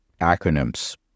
acronyms